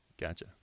Gotcha